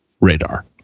radar